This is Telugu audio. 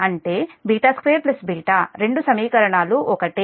అంటే β2 β రెండూ సమీకరణాలు ఒకటే